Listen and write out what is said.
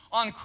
on